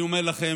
אני אומר לכם,